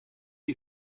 you